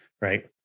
Right